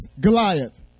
Goliath